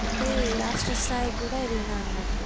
అంటే రాష్ట్రస్థాయి కూడా వెళ్ళినా అన్నట్టు